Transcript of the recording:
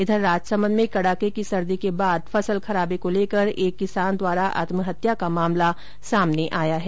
उधर राजसमंद में कड़ाके की सर्दी के बाद फसल खराबे को लेकर एक किसान द्वारा आत्महत्या का मामला सामने आया है